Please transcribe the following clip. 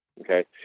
Okay